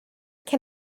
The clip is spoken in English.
can